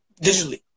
digitally